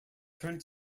current